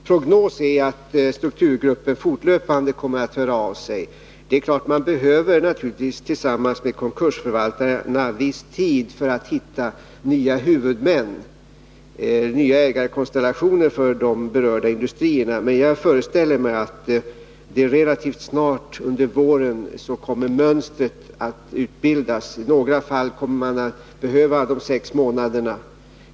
Fru talman! Får jag till sist säga att min prognos är att strukturgruppen fortlöpande kommer att låta höra av sig. Det är klart att den tillsammans med konkursförvaltarna behöver en viss tid för att hitta nya huvudmän, nya | ägarkonstellationer för de berörda industrierna. Men jag föreställer mig att mönstret kommer att utbildas relativt snart under våren. I några fall kommer man att behöva de sex månaderna.